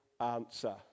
answer